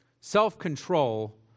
Self-control